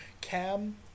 Cam